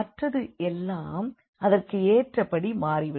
மற்றது எல்லாம் அதற்கேற்றபடி மாறிவிடும்